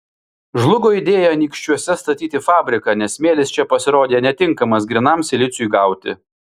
žlugo idėja anykščiuose statyti fabriką nes smėlis čia pasirodė netinkamas grynam siliciui gauti